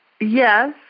Yes